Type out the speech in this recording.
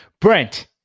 Brent